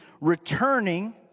returning